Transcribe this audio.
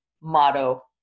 motto